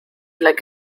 like